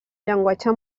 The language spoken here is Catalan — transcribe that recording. llenguatge